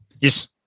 Yes